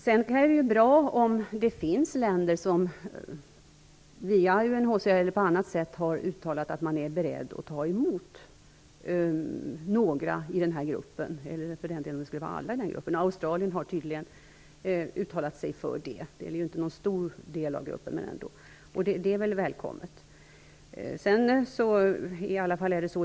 Det är ju bra om det finns länder som via UNHCR eller på annat sätt har uttalat att man är beredd att ta emot några, eller alla, i den här gruppen. Australien har tydligen uttalat sig för det. Det gäller inte någon stor del av gruppen, men det är ändå välkommet.